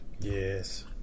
Yes